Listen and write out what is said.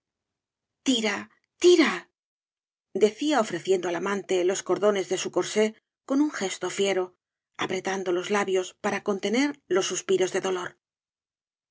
tira tira decía ofreciendo al amante loe cordones de su corsé con un gesto fiero apre tando los labios para cojnitener los suspiros de dolor